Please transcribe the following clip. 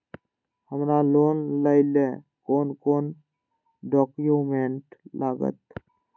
हमरा लोन लाइले कोन कोन डॉक्यूमेंट लागत?